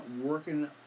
working